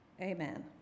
Amen